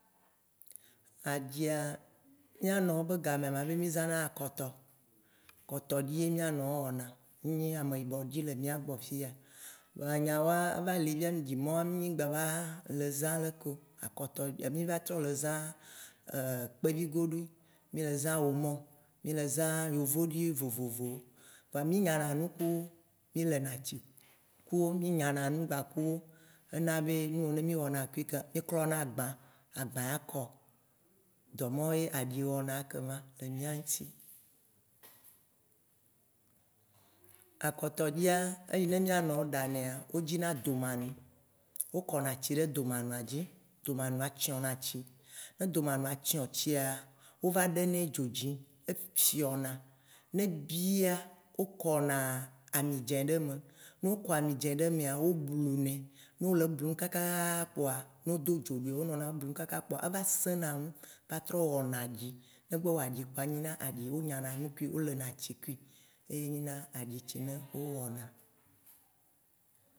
Aɖia, mìanɔwo be gamea mabe mì zãna akɔtɔ, akɔtɔɖi ye mìa nɔwo wɔna nye ameyibɔɖi le mìagbɔ fie ya. Vɔa eva li fia be aɖimɔwoa, mì ŋgba va le zã leke o, mì va trɔ le zã kpevigoɖoe, mì le zã omo, mì le zã yovoɖi vovovowo, kpoa mì nyana nu kuwo, mì lena tsi kuwo, mì nyana nu gba kudo. Ena be nuw mì wɔna kui mì klɔna agbã, agbã ya kɔ. Dɔmɔwo ye aɖi wɔna ye kema le mìa ŋti. Akɔtɔɖia, eyi ne mìanɔwo ɖanɛa wo dzina domanu, wo kɔna tsi ɖe domanua dzi, domanua tsiɔ na tsi, ne domanua tsiɔ tsia, wo va ɖe nɛ dzo dzi efiɔna, ne ebia, wokɔna amidzĩ ɖe eme, no kɔ amidzĩ ɖe emea, wo blunɛ, ne wo le blu kakaa kpoa, no wodo dzo nɛ wonɔna blum kakaa kpoa eva sena ŋu va trɔ wɔna aɖi. Ne gbe wɔ aɖi kpɔa enyina aɖi wo nyana nu kui, wo lena tsi kui. Ye nyina aɖi ce ne wo wɔna.